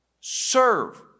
Serve